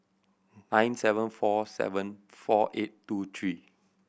nine seven four seven four eight two three